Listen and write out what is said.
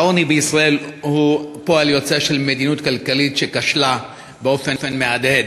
העוני בישראל הוא פועל יוצא של מדיניות כלכלית שכשלה באופן מהדהד.